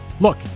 Look